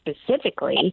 specifically